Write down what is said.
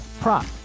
prop